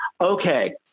okay